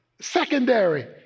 secondary